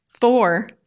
Four